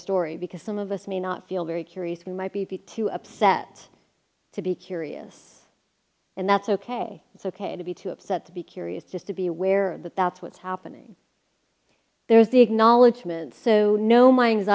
story because some of us may not feel very curious we might be too upset to be curious and that's ok it's ok to be too upset to be curious just to be aware that that's what's happening there's the acknowledgement so